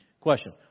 Question